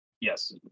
Yes